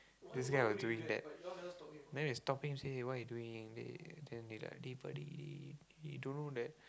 this guy was doing that then we stop him say what are you doing they then they like hey buddy you don't know that